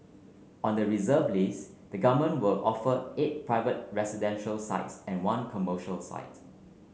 on the reserve list the government will offer eight private residential sites and one commercial sites